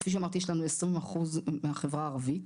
כפי שאמרתי, יש לנו 20 אחוז מהחברה הערבית.